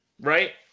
right